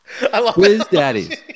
Quizdaddies